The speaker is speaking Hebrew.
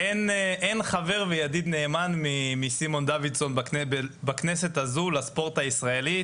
אין חבר וידיד נאמן מסימון דוידסון בכנסת הזו לספורט הישראלי.